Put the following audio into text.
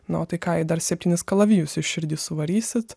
na o tai ką į dar septynis kalavijus į širdį suvarysit